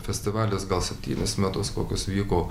festivalis gal septynis metus kokius vyko